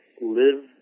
live